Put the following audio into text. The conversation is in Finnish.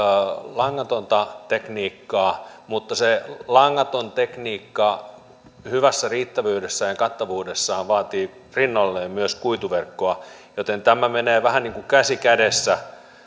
langatonta tekniikkaa mutta se langaton tekniikka hyvässä riittävyydessään ja kattavuudessaan vaatii rinnalleen myös kuituverkkoa joten tämä menee vähän niin kuin käsi kädessä